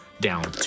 down